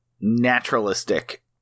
naturalistic